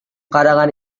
karangan